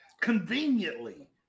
conveniently